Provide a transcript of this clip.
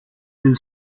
del